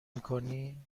میکنی